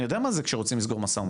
אני יודע מה זה כשרוצים לסגור מו"מ.